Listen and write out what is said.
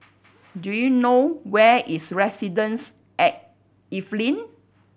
do you know where is Residences at Evelyn